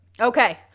Okay